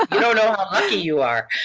ah know know how lucky you are.